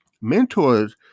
Mentors